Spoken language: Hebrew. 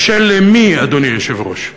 קשה למי, אדוני היושב-ראש?